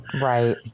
right